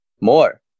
more